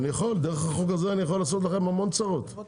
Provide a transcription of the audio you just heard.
ואני יכול דרך החוק הזה לעשות לכם המון צרות.